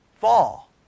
fall